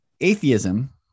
Atheism